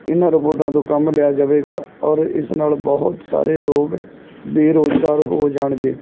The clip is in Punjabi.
ਇਹਨਾਂ ਰਿਪੋਰਟਾਂ ਤੋਂ ਕੰਮ ਲਿਆ ਜਾਵੇਗਾ ਔਰ ਇਸ ਨਾਲ ਬਹੁਤ ਸਾਰੇ ਲੋਕ ਬੇਰੁਜ਼ਗਾਰ ਹੋ ਜਾਣਗੇ